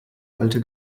alte